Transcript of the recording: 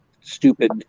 stupid